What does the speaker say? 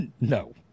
No